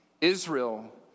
Israel